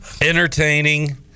entertaining